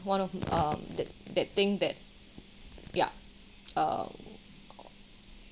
one of um that that thing that yup um